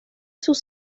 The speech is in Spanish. sus